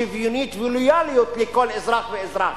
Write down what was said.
שוויונית ולויאליות לכל אזרח ואזרח.